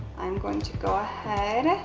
i'm going to go ahead